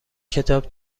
کتاب